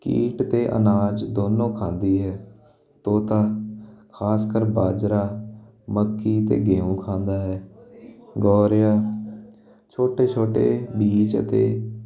ਕੀਟ ਅਤੇ ਅਨਾਜ ਦੋਨੋਂ ਖਾਂਦੀ ਹੈ ਤੋਤਾ ਖਾਸ ਕਰ ਬਾਜਰਾ ਮੱਕੀ ਅਤੇ ਗੇਹੂੰ ਖਾਂਦਾ ਹੈ ਗੋਰਿਆ ਛੋਟੇ ਛੋਟੇ ਬੀਜ ਅਤੇ